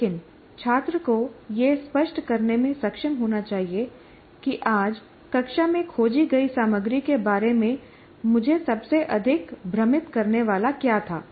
लेकिन छात्र को यह स्पष्ट करने में सक्षम होना चाहिए कि आज कक्षा में खोजी गई सामग्री के बारे में मुझे सबसे अधिक भ्रमित करने वाला क्या था